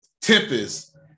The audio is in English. Tempest